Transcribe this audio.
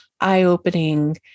eye-opening